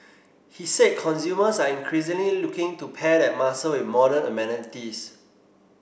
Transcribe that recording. he said consumers are increasingly looking to pair that muscle with modern amenities